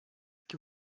qui